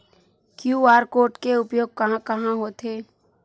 QR code के उपयोग कहां कहां होथे?